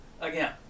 again